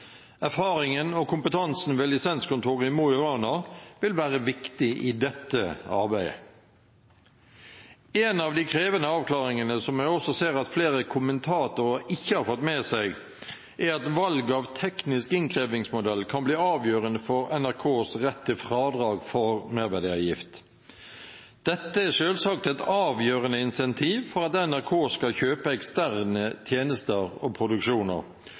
Erfaringen og kompetansen ved Lisenskontoret i Mo i Rana vil være viktig i dette arbeidet. En av de krevende avklaringene, som jeg også ser at flere kommentatorer ikke har fått med seg, er at valg av teknisk innkrevingsmodell kan bli avgjørende for NRKs rett til fradrag for merverdiavgift. Dette er selvsagt et avgjørende incentiv for at NRK skal kjøpe eksterne tjenester og produksjoner,